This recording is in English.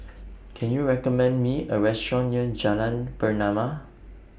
Can YOU recommend Me A Restaurant near Jalan Pernama